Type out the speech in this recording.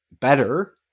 better